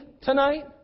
tonight